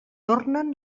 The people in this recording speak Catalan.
tornen